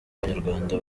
abanyarwanda